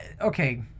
okay